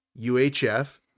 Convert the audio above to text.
UHF